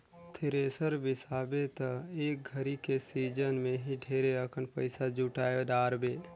thresher बिसाबे त एक घरी के सिजन मे ही ढेरे अकन पइसा जुटाय डारबे